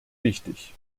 wichtig